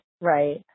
Right